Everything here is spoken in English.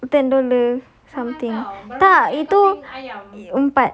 ten dollar something tak itu